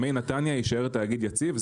מי נתניה יישאר תאגיד יציב,